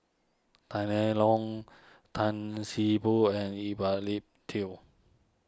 Tang Liang Long Tan See Boo and Ip Lee Tung